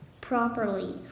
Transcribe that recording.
properly